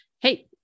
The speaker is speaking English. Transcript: hey